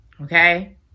okay